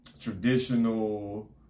traditional